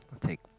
take